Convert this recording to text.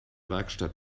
werkstatt